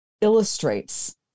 illustrates